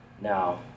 now